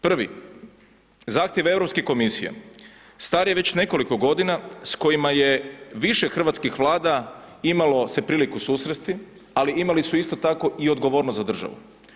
Prvi, zahtjev Europske komisije star je već nekoliko godina s kojima je više hrvatskih Vlada imalo se priliku susresti ali imali su isto tako i odgovornost za državu.